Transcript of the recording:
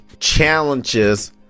challenges